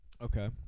Okay